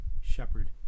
shepherd